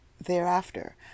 thereafter